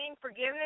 forgiveness